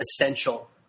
essential